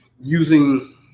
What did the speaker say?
using